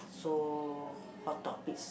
so hot topics